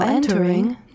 Entering